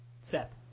Seth